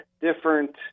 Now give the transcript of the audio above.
different